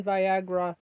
Viagra